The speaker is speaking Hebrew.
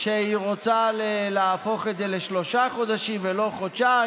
שהיא רוצה להפוך את זה לשלושה חודשים ולא לחודשיים,